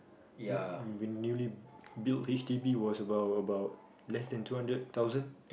uh been newly build h_d_b was about about less than two hundred thousand